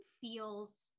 feels